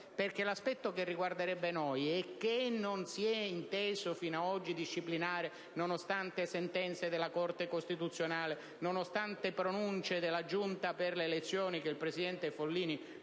l'aspetto che riguarderebbe noi, e che non si è inteso fino ad oggi disciplinare nonostante sentenze della Corte costituzionale e pronunce della Giunta per le elezioni, che il presidente Follini conosce